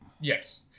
Yes